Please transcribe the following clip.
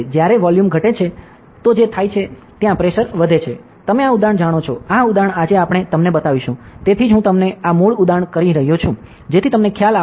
જ્યારે વોલ્યુમ ઘટે છે જે થાય છે પ્રેશર વધે છે તમે આ ઉદાહરણ જાણો છો આ ઉદાહરણ આજે આપણે તમને બતાવીશું તેથી જ હું તમને આ મૂળ ઉદાહરણ કહી રહ્યો છું જેથી તમને ખ્યાલ આવે